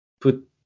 put